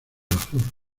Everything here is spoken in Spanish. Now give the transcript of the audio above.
azul